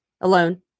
alone